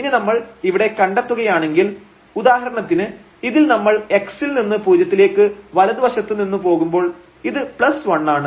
ഇനി നമ്മൾ ഇവിടെ കണ്ടെത്തുകയാണെങ്കിൽ ഉദാഹരണത്തിന് ഇതിൽ നമ്മൾ x ൽ നിന്ന് പൂജ്യത്തിലേക്ക് വലതുവശത്തു നിന്ന് പോകുമ്പോൾ ഇത് 1 ആണ്